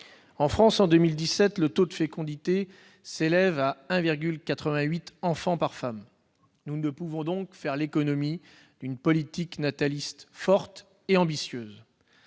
En France, en 2017, le taux de fécondité s'élève à 1,88 enfant par femme. Nous ne pouvons donc faire l'économie d'une politique nataliste forte et ambitieuse.